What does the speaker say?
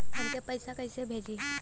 हमके पैसा कइसे भेजी?